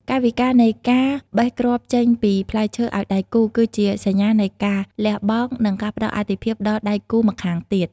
កាយវិការនៃការបេះគ្រាប់ចេញពីផ្លែឈើឱ្យដៃគូ គឺជាសញ្ញានៃការលះបង់ និងការផ្ដល់អាទិភាពដល់ដៃគូម្ខាងទៀត។